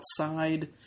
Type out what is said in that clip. outside